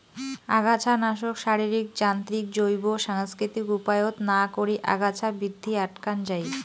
আগাছানাশক, শারীরিক, যান্ত্রিক, জৈব, সাংস্কৃতিক উপায়ত না করি আগাছা বৃদ্ধি আটকান যাই